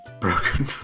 broken